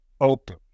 open